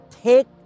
take